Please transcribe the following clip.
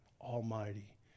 Almighty